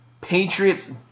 Patriots